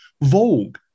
Vogue